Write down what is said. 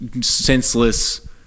Senseless